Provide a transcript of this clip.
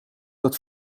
dat